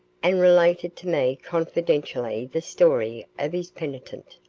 and related to me confidentially the story of his penitent,